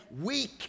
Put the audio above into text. weak